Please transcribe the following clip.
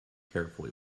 carefully